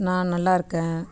நான் நல்லா இருக்கேன்